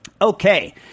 okay